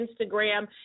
Instagram